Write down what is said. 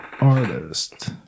artist